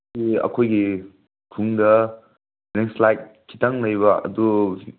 ꯁꯤ ꯑꯩꯈꯣꯏꯒꯤ ꯈꯨꯟꯗ ꯂꯦꯟꯏꯁꯂꯥꯏꯠ ꯈꯤꯇꯪ ꯂꯩꯕ ꯑꯗꯣ